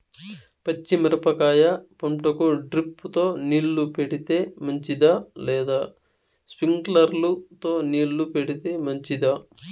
పచ్చి మిరపకాయ పంటకు డ్రిప్ తో నీళ్లు పెడితే మంచిదా లేదా స్ప్రింక్లర్లు తో నీళ్లు పెడితే మంచిదా?